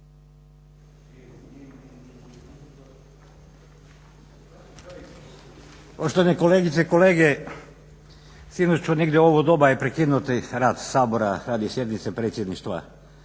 Poštovane kolegice i kolege, sinoć u negdje u ovo doba je prekinut rad Sabora radi sjednice Predsjedništva